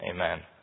Amen